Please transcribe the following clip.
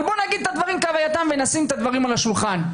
בואו נגיד את הדברים כהווייתם ונשים את הדברים על השולחן.